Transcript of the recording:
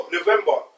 November